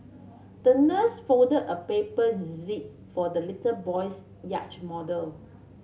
the nurse folded a paper zip for the little boy's yacht model